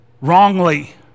wrongly